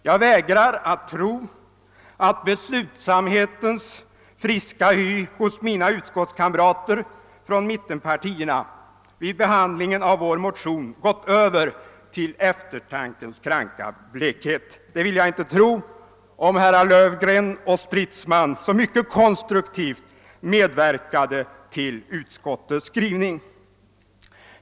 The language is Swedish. Jag vägrar att tro ati beslutsamhetens friska hy hos mina utskottskamrater från mittenpartierna vid behandlingen av vår motion nu gått över i eftertankens kranka blekhet. Det vill jag inte tro om herrar Löfgren och Stridsman, som mycket konstruktivt medverkade till utskottets skrivning.